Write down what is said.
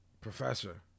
Professor